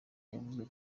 yavuzwe